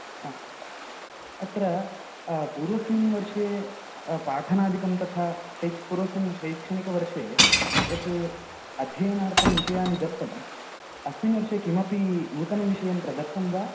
हा अत्र पूर्वस्मिन् वर्षे पाठनादिकं तथा शैक् पूर्वस्मिन् शैक्षणिकवर्षे यत् अध्ययनार्थं विषयानि दत्तम् अस्मिन् वर्षे किमपि नूतनं विषयं प्रदत्तं वा